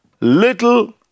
little